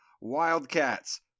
wildcats